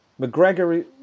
McGregor